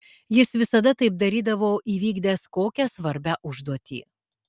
jis visada taip darydavo įvykdęs kokią svarbią užduotį